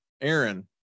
Aaron